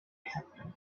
happening